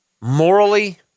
Morally